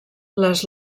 les